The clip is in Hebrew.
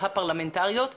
של תינוקות,